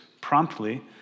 promptly